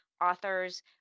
authors